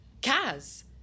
Kaz